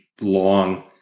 long